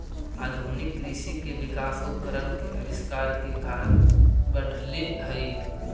आधुनिक कृषि के विकास उपकरण के आविष्कार के कारण बढ़ले हई